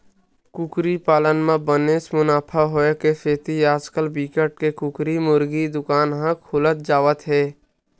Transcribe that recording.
कुकरी पालन म बनेच मुनाफा होए के सेती आजकाल बिकट के कुकरी मुरगी दुकान ह खुलत जावत हे